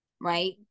right